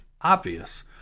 obvious